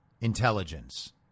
intelligence